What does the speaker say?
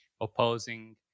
opposing